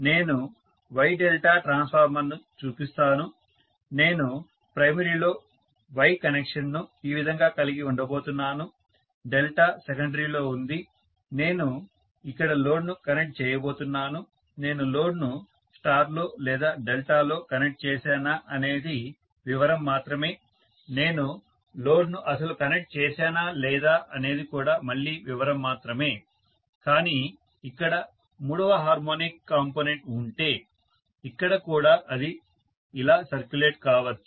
నేను Y delta ట్రాన్స్ఫార్మర్ను చూపిస్తాను నేను ప్రైమరీ లో Y కనెక్షన్ను ఈ విధంగా కలిగి ఉండబోతున్నాను డెల్టా సెకండరీలో ఉంది నేను ఇక్కడ లోడ్ను కనెక్ట్ చేయబోతున్నాను నేను లోడ్ను స్టార్లో లేదా డెల్టాలో కనెక్ట్ చేసానా అనేది వివరం మాత్రమే నేను లోడ్ను అస్సలు కనెక్ట్ చేసానా లేదా అనేది కూడా మళ్ళీ వివరం మాత్రమే కానీ ఇక్కడ మూడవ హార్మోనిక్ కాంపొనెంట్ ఉంటే ఇక్కడ కూడా అది ఇలా సర్క్యులేట్ కావచ్చు